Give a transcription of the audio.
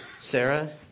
Sarah